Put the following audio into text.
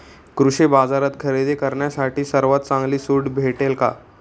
कृषी बाजारात खरेदी करण्यासाठी सर्वात चांगली सूट भेटेल का?